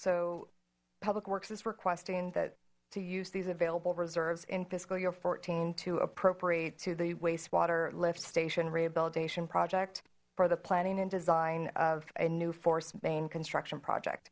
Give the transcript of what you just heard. so public works is requesting that to use these available reserves in fiscal year fourteen to appropriate to the wastewater lift station rehabilitation project for the planning and design of a new force main construction project